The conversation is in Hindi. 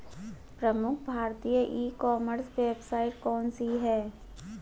प्रमुख भारतीय ई कॉमर्स वेबसाइट कौन कौन सी हैं?